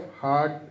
hard